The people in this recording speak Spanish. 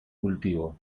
cultivo